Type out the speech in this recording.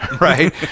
right